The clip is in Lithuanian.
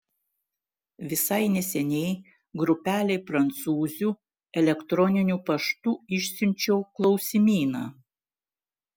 visai neseniai grupelei prancūzių elektroniniu paštu išsiunčiau klausimyną